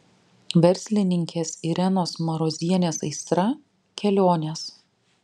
verslininkės irenos marozienės aistra kelionės